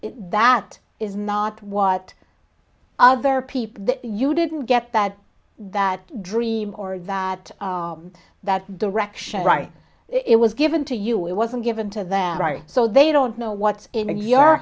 if that is not what other people that you didn't get that that dream or that that direction right it was given to you it wasn't given to them right so they don't know what in your